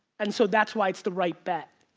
and so that's why it's the right bet.